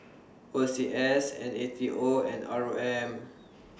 O C S N A T O and R O M